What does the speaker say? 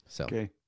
Okay